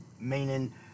meaning